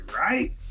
right